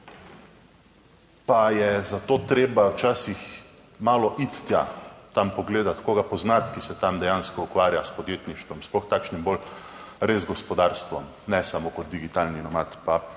Pa je zato treba včasih malo iti tja, tam pogledati, koga poznati, ki se tam dejansko ukvarja s podjetništvom, sploh takšnim bolj res gospodarstvom, ne samo kot digitalni nomad.